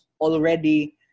already